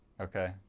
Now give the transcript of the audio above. Okay